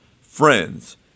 friends